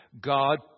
God